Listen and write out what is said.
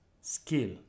skill